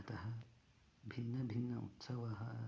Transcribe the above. अतः भिन्नभिन्नाः उत्सवाः